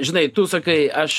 žinai tu sakai aš